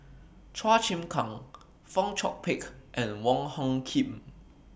Chua Chim Kang Fong Chong Pik and Wong Hung Khim